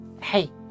hey